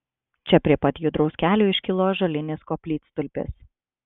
čia prie pat judraus kelio iškilo ąžuolinis koplytstulpis